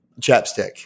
chapstick